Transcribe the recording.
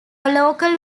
local